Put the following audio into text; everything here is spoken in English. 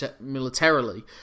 militarily